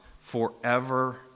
forever